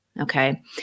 Okay